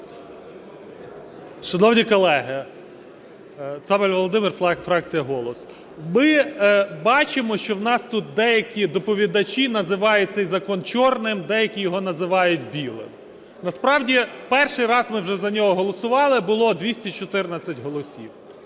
Шановні колеги! Цабаль Володимир, фракція "Голос". Ми бачимо, що у нас тут деякі доповідачі називають цей закон "чорним", деякі його називають "білим". Насправді перший раз ми вже за нього голосували, було 214 голосів,